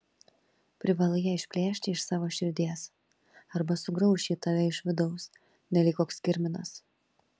privalai ją išplėšti iš savo širdies arba sugrauš ji tave iš vidaus nelyg koks kirminas